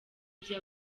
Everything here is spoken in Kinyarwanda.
byo